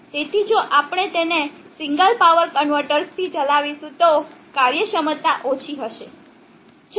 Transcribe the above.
તેથી જો આપણે તેને સિંગલ પાવર કન્વર્ટરથી ચલાવીશું તો કાર્યક્ષમતા ઓછી હશે